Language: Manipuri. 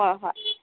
ꯍꯣꯏ ꯍꯣꯏ